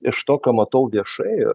iš to ką matau viešai